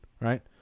right